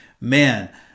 Man